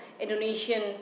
Indonesian